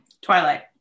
Twilight